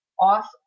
off